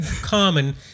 common